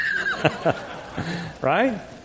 right